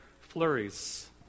flurries